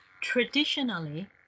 Traditionally